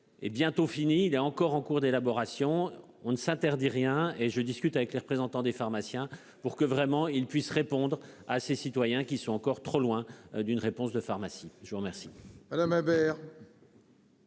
Est bientôt fini. Il est encore en cours d'élaboration. On ne s'interdit rien et je discute avec les représentants des pharmaciens pour que vraiment il puisse répondre à ces citoyens qui sont encore trop loin d'une réponse de pharmacie. Je vous remercie.